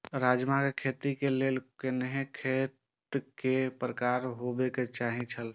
राजमा के खेती के लेल केहेन खेत केय प्रकार होबाक जरुरी छल?